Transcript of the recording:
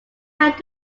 held